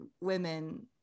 women